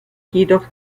jedoch